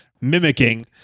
mimicking